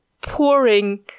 pouring